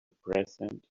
present